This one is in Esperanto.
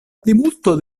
plimulto